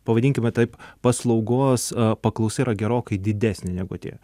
pavadinkime taip paslaugos paklausa yra gerokai didesnė negu atėjo